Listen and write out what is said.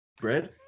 Bread